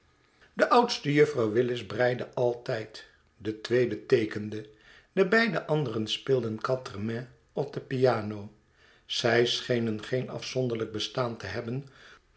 de oudste juffrouw willis breide altijd de tweede teekende de beide anderen speelden quatre mains op de piano zij schenen geen afzonderlijk bestaan te hebben